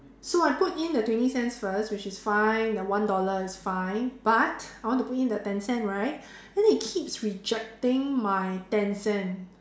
so I put in the twenty cents first which is fine the one dollar is fine but I want to put in the ten cents right then it keeps rejecting my ten cent